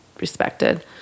respected